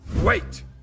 Wait